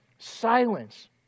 silence